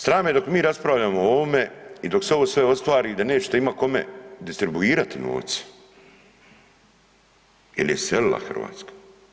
Strah me dok mi raspravljamo o ovome i dok se ovo sve ostvari, da nećete imat kome distribuirati novac jer je iselila Hrvatska.